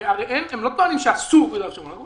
הרי הם לא טוענים שאסור להכניס את יו"ש אבל הם